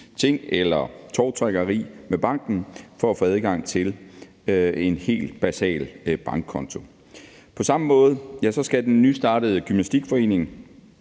ting eller tovtrækkeri med banken for at få adgang til en helt basal bankkonto. På samme måde skal den nystartede gymnastikforening,